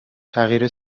تغییر